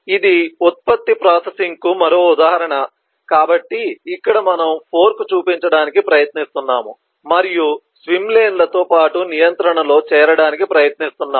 ఇది ఉత్పత్తి ప్రాసెసింగ్కు మరో ఉదాహరణ కాబట్టి ఇక్కడ మనము ఫోర్క్ చూపించడానికి ప్రయత్నిస్తున్నాము మరియు స్విమ్ లేన్ లతో పాటు నియంత్రణలో చేరడానికి ప్రయత్నిస్తున్నాము